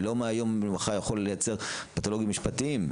אני לא מהיום למחר יכול לייצר פתולוגים משפטיים,